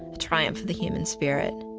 a triumph for the human spirit.